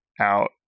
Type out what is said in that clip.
out